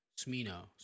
Smino